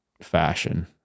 fashion